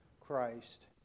Christ